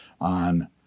on